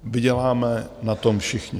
Vyděláme na tom všichni.